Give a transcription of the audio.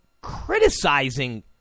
criticizing